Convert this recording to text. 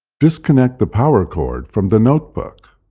disconnect the power cord from the notebook.